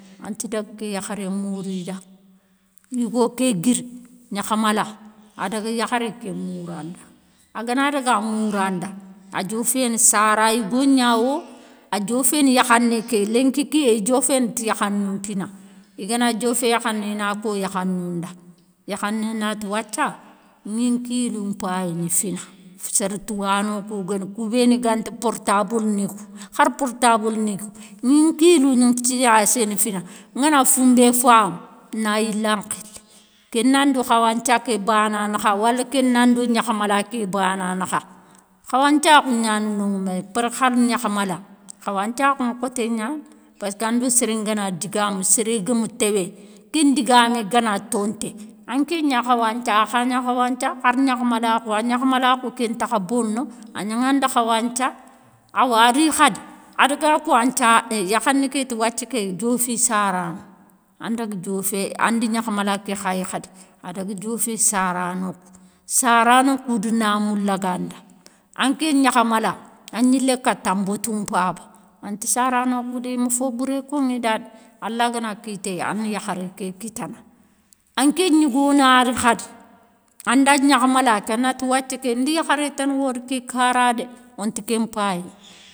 Anti dag ké yakharé mouri da, yigo ké guir gnakhamala adaga yakharé ké moura nda, agana daga moura nda, adioféné sara yigognawo, adioféné yakhanéké linki kiyé idioféne ti yakhanou mpina, igana diofé yakhanou ina ko yakhanou nda, yakhanou nati wathia ŋi nkilou mpayini fina sér touwano kou gane, kou béni gant portaboule ni kou, khar portaboule ni kou ni nkilou tiyasséné fina, angana foumbé famou na yilan nkhili. Kén nando khawanthia ké bana nakha wala kén nando gnakhamala ké bana nakha. Khawanthiakhou gnana no méné, bér khar gnakhamala khawanthiakhou nkhoté gnani, passka ndo séré ngana digamou séré guém téwé, kén ndigamé gana tonté, anké gna khawanthia akha gna khawanthia, khar gnakhmalakhou aa gnakhmalakhou kén ntakha bono agnanda khawanthia. Awa ari khadi ada ko, anthia euh yakhané kéti wathia ké diofi sarano, andaga dioféani gnakhamala ké khayi khadi, adaga diofé sarano, sarano kou di namou laga nda, anké gnakhamala an yilé kata botoumpaba, anti sarano kou dé imi fobouré konŋindadé, ala gana kitéy, ana yakharé ké kitana, anké gnigo nari khadi, anda yakhamala ké anati wathia ké ndi yakharé tane wori ké kara dé, onti kén mpayini.